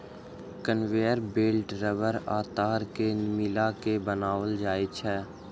conveyor belt रबड़ आ ताग के मिला के बनाओल जाइत छै